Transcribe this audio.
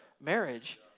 Marriage